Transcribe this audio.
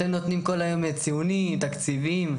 אתם נותנים כל היום ציונים, תקציבים,